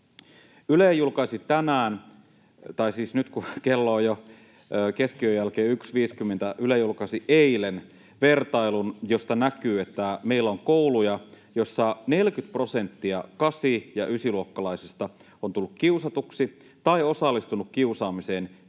Yle julkaisi tänään — tai siis nyt, kun kello on jo keskiyön jälkeen 1.50, Yle julkaisi eilen — vertailun, josta näkyy, että meillä on kouluja, joissa 40 prosenttia kasi- ja ysiluokkalaisista on tullut kiusatuksi tai osallistunut kiusaamiseen viimeisten